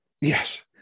Yes